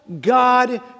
God